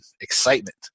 excitement